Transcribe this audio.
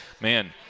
man